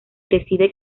decide